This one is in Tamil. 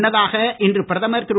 முன்னதாக இன்று பிரதமர் திரு